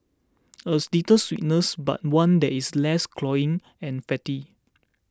as little sweetness but one that is less cloying and fatty